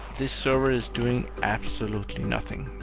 this server is doing absolutely nothing.